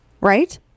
Right